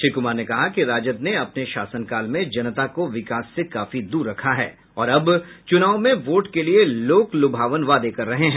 श्री कुमार ने कहा कि राजद ने अपने शासनकाल में जनता को विकास से काफी दूर रखा है और अब चुनाव में वोट के लिए लोक लुभावन वादे कर रहे हैं